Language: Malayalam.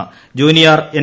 junior N